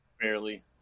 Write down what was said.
barely